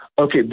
Okay